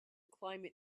climate